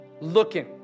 looking